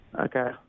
okay